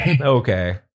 Okay